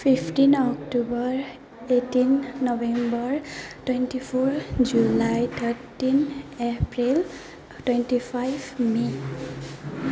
fifteen October eighteen November twenty four July thirteen April twenty five may